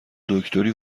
دکتری